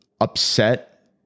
upset